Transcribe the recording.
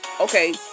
Okay